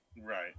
Right